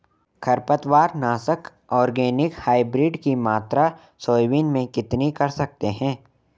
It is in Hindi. खरपतवार नाशक ऑर्गेनिक हाइब्रिड की मात्रा सोयाबीन में कितनी कर सकते हैं?